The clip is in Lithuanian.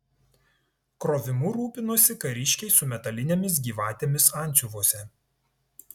krovimu rūpinosi kariškiai su metalinėmis gyvatėmis antsiuvuose